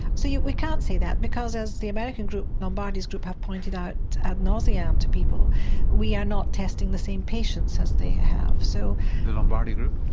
so yeah we can't say that because as the american group, lombardi's group, have pointed out ad nauseam um to people we are not testing the same patients as they have. so the lombardi group?